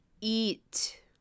eat